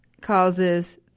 causes